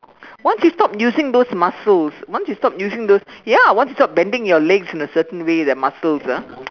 once you stop using those muscles once you stop using those ya once you stop bending your legs in a certain way that muscles ah